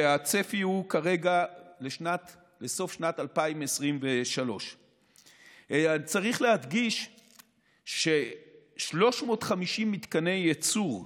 והצפי הוא כרגע לסוף שנת 2023. צריך להדגיש ש-350 מתקני ייצור בערבה,